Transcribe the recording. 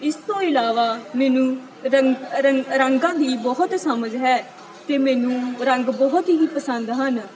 ਇਸ ਤੋਂ ਇਲਾਵਾ ਮੈਨੂੰ ਰੰਗਾਂ ਦੀ ਬਹੁਤ ਸਮਝ ਹੈ ਅਤੇ ਮੈਨੂੰ ਰੰਗ ਬਹੁਤ ਹੀ ਪਸੰਦ ਹਨ